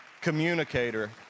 communicator